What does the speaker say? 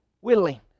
willing